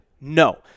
no